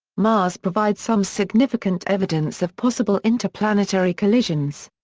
mars provides some significant evidence of possible interplanetary collisions.